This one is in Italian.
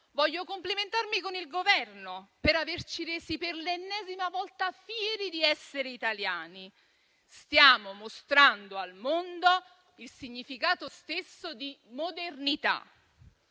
Voglio complimentarmi con il Governo per averci resi per l'ennesima volta fieri di essere italiani. Stiamo mostrando al mondo il significato stesso di modernità.